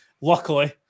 Luckily